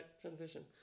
transition